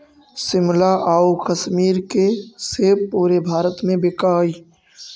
शिमला आउ कश्मीर के सेब पूरे भारत में बिकऽ हइ